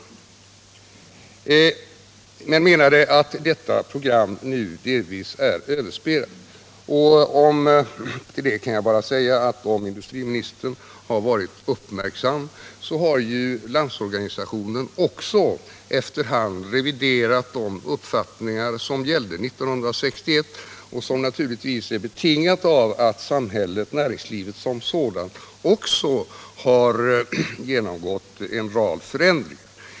Industriministern menade emellertid att detta program nu delvis är överspelat, och till det kan jag bara säga att om industriministern har varit uppmärksam så vet han att Landsorganisationen också efter hand har reviderat de uppfattningar som gällde 1961, något som naturligtvis är betingat av att samhället och näringslivet har genomgått en rad förändringar.